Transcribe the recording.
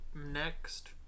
next